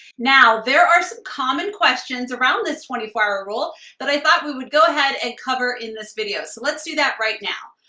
now, there are some common questions around this twenty four hour rule that i thought we would go ahead and cover in this video, so let's do that right now.